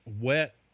wet